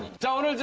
don't,